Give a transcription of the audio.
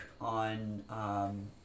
on